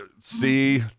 See